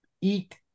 eat